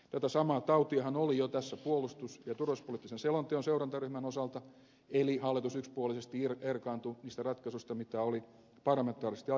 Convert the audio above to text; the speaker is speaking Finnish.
tätä samaa tautiahan oli jo tässä puolustus ja turvallisuuspoliittisen selonteon seurantaryhmän osalta eli hallitus yksipuolisesti erkaantui niistä ratkaisuista mitä oli parlamentaarisesti aikaisemmin tehty